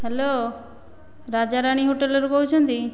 hello Rajarani ହୋଟେଲ୍ରୁ କହୁଛନ୍ତି